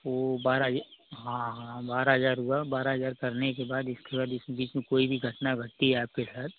तो बारह ही हाँ हाँ बारह हजार हुआ बारह हजार करने के बाद इस बीच में कोई भी घटना घटती है आप के साथ